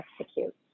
execute